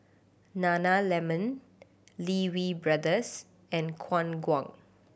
Nana Lemon Lee Wee Brothers and Khong Guan